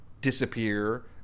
disappear